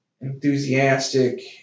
enthusiastic